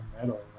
metal